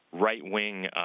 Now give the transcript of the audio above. right-wing